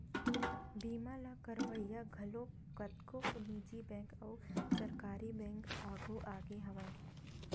बीमा ल करवइया घलो कतको निजी बेंक अउ सरकारी बेंक आघु आगे हवय